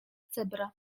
cebra